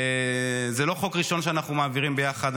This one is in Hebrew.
זה לא חוק ראשון שאנחנו מעבירים ביחד.